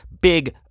big